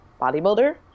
bodybuilder